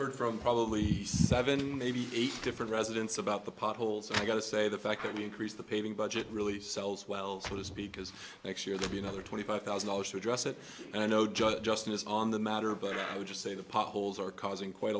heard from probably seven maybe eight different residents about the potholes and i got to say the fact that we increase the paving budget really sells well for this because next year could be another twenty five thousand dollars to address it and i know judge justin is on the matter but i would just say the potholes are causing quite